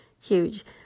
huge